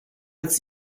als